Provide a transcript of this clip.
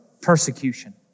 persecution